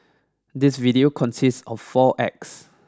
this video consists of four acts